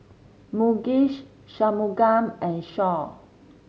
Mukesh Shunmugam and Choor